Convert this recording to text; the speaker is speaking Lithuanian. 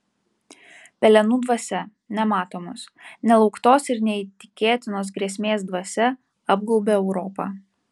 pelenų dvasia nematomos nelauktos ir neįtikėtinos grėsmės dvasia apgaubė europą